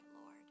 Lord